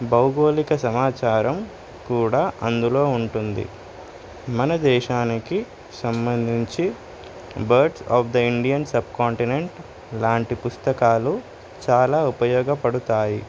భౌగోళిక సమాచారం కూడా అందులో ఉంటుంది మన దేశానికి సంబంధించి birds of the Indian subcontinent లాంటి పుస్తకాలు చాలా ఉపయోగపడతాయి